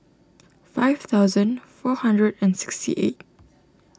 five thousand four hundred and sixty eight